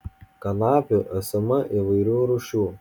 kanapių esama įvairių rūšių